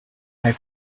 life